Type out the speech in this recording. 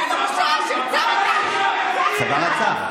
הוא אמר "הצבא רצח".